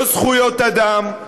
לא זכויות אדם,